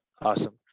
awesome